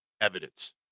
evidence